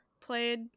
played